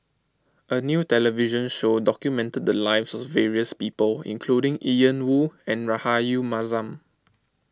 a new television show documented the lives of various people including Ian Woo and Rahayu Mahzam